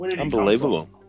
Unbelievable